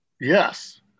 Yes